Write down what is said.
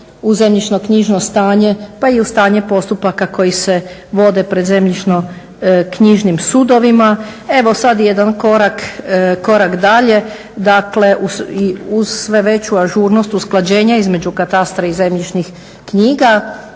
u zemljišno-knjižno stanje, pa i u stanje postupaka koji se vode pred Zemljišno-knjižnim sudovima. Evo sad i jedan korak dalje, dakle i uz sve veću ažurnost usklađenja između katastra i zemljišnih knjiga.